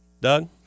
Doug